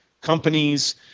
companies